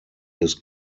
des